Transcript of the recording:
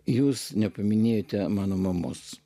jūs nepaminėjote mano mamos